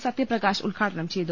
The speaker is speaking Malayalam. സത്യപ്രകാശ് ഉദ്ഘാടനം ചെയ്തു